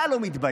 אתה לא מתבייש?